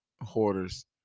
hoarders